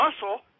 muscle